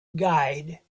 guide